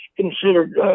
considered